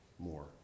More